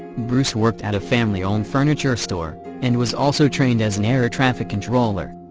bruce worked at a family-owned furniture store, and was also trained as an air traffic controller.